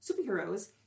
superheroes